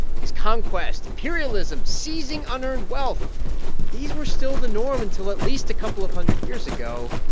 because conquest, imperialism, seizing unearned wealth these were still the norm until at least a couple of hundred years ago.